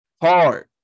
hard